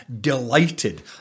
delighted